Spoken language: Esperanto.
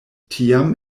tiam